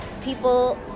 people